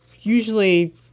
Usually